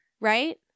right